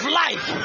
life